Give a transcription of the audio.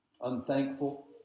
unthankful